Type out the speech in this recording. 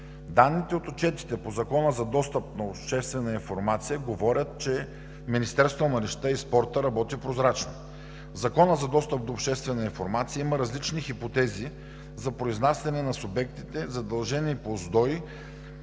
Данните от отчетите по Закона за достъп на обществена информация говорят, че Министерството на младежта и спорта работи прозрачно. Законът за достъп до обществена информация има различни хипотези за произнасяне на субектите, задължени по Закона